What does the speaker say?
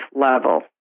level